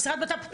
משרד בט"פ,